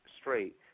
straight